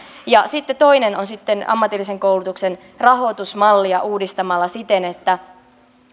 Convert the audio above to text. sitten toinen on ammatillisen koulutuksen rahoitusmallia uudistamalla siten että